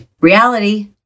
Reality